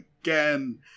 again